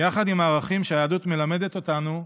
יחד עם הערכים שהיהדות מלמדת אותנו,